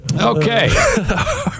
okay